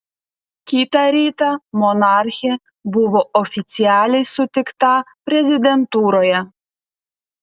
kitą rytą monarchė buvo oficialiai sutikta prezidentūroje